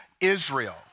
Israel